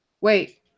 Wait